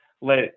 let